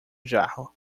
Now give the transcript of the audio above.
jarro